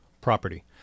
property